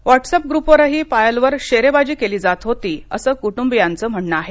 WhatsApp ग्रुपवरही पायलवर शेरेबाजी केली जात होती असं कुट्रंबियांचं म्हणणं आहे